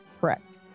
Correct